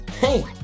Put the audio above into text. Hey